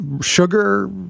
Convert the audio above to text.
sugar